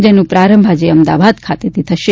જેનો પ્રારંભ આજે અમદાવાદ ખાતેથી થશે